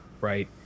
Right